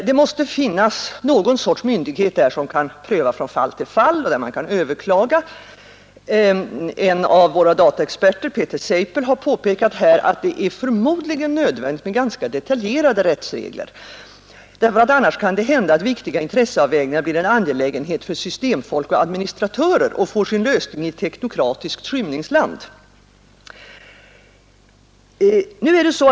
Det måste finnas någon sorts myndighet som kan pröva från fall till fall och där man kan överklaga. En av våra dataexperter, Peter Seipel, har påpekat att det förmodligen är nödvändigt med ganska detaljerade rättsregler, annars kan det hända att viktiga intresseavvägningar blir en angelägenhet för systemfolk och administratörer och får sin lösning i ett teknokratiskt skymningsland.